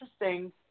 interesting